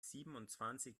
siebenundzwanzig